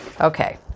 Okay